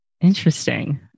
Interesting